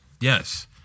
Yes